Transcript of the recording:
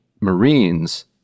Marines